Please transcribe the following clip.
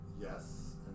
yes